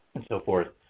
and so forth.